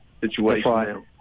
situation